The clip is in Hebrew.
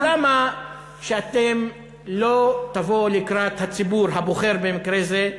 אז למה שאתם לא תבואו לקראת הציבור הבוחר במקרה זה,